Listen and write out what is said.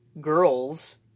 girls